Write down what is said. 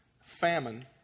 famine